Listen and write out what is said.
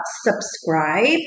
subscribe